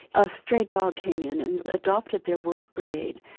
a stray dog came in and adopted their work brigade,